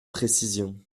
précision